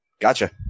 Gotcha